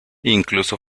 incluso